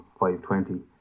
520